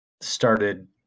started